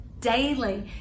daily